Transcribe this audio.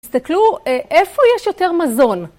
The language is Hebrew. תסתכלו איפה יש יותר מזון.